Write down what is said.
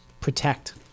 protect